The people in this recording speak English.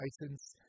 license